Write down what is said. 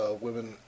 women